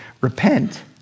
repent